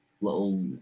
little